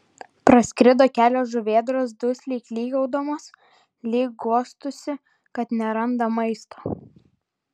praskrido kelios žuvėdros dusliai klykaudamos lyg guostųsi kad neranda maisto